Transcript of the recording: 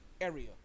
area